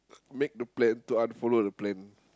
make the plan to unfollow the plan